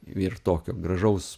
ir tokio gražaus